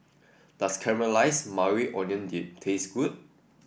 does Caramelize Maui Onion Dip taste good